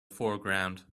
foreground